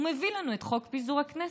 הוא מביא לנו את חוק פיזור הכנסת.